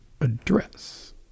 address